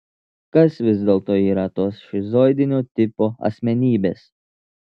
kas vis dėlto yra tos šizoidinio tipo asmenybės